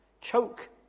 choke